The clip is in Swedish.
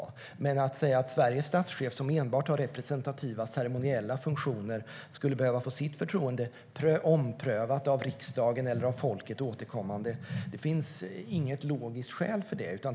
Men att Sveriges statschef, som enbart har representativa och ceremoniella funktioner, skulle behöva få förtroendet omprövat av riksdagen eller folket återkommande finns det inget logiskt skäl för.